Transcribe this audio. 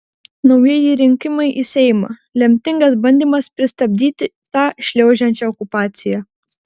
naujieji rinkimai į seimą lemtingas bandymas pristabdyti tą šliaužiančią okupaciją